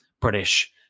British